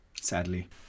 sadly